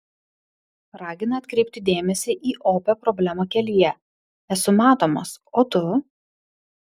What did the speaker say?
ragina atkreipti dėmesį į opią problemą kelyje esu matomas o tu